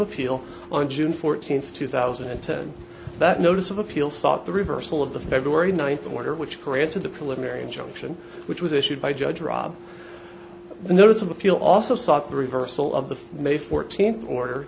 appeal on june fourteenth two thousand and ten that notice of appeal sought the reversal of the february ninth order which granted the preliminary injunction which was issued by judge robb the notice of appeal also sought the reversal of the may fourteenth order